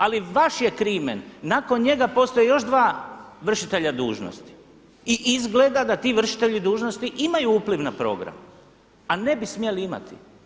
Ali vaš je krimen, nakon njega postoje još dva vršitelja dužnosti i izgled da ti vršitelji dužnosti imaju upliv na program a ne bi smjeli imati.